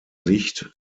sicht